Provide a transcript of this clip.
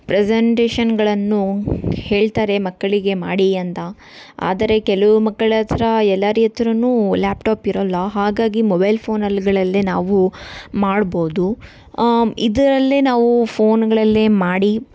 ಪ್ರೆಸೆಂಟೇಷನ್ಗಳನ್ನು ಹೇಳ್ತಾರೆ ಮಕ್ಕಳಿಗೆ ಮಾಡಿ ಅಂತ ಆದರೆ ಕೆಲವು ಮಕ್ಕಳ ಹತ್ರ ಎಲ್ಲಾರ ಹತ್ರನೂ ಲ್ಯಾಪ್ಟಾಪ್ ಇರೋಲ್ಲ ಹಾಗಾಗಿ ಮೊಬೈಲ್ ಫೋನಲ್ಗಳಲ್ಲೇ ನಾವು ಮಾಡ್ಬೋದು ಇದರಲ್ಲೇ ನಾವು ಫೋನ್ಗಳಲ್ಲೇ ಮಾಡಿ